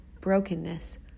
brokenness